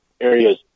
areas